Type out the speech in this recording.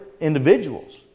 individuals